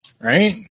right